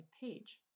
PAGE